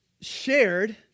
shared